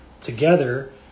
together